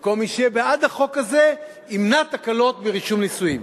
וכל מי שיהיה בעד החוק הזה ימנע תקלות ברישום נישואים.